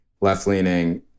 left-leaning